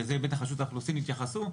וזה בטח רשות האוכלוסין התייחסו,